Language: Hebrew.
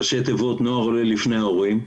ראשי תיבות נוער עולה לפני ההורים,